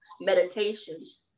meditations